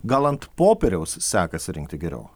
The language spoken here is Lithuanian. gal ant popieriaus sekasi rinkti geriau